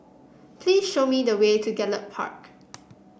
please show me the way to Gallop Park